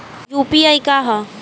UPI का ह?